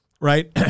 right